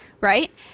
Right